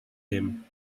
him